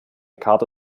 karte